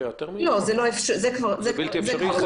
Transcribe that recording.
זה כבר בלתי-אפשרי.